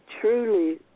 truly